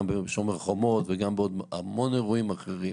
גם ב"שומר החומות" ובעוד המון אירועים אחרים.